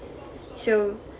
so